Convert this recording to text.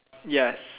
yes